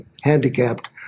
handicapped